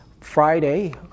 Friday